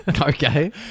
Okay